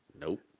Nope